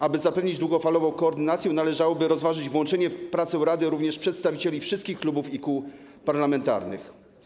Aby zapewnić długofalową koordynację, należałoby rozważyć włączenie w prace rady również przedstawicieli wszystkich klubów i kół parlamentarnych.